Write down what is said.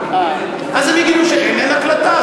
אבל ברגע שהם יגידו שאין הקלטה,